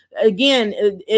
Again